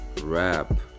rap